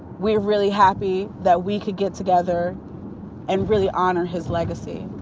we're really happy that we could get together and really honor his legacy.